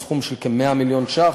בסך כ-100 מיליון ש"ח,